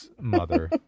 mother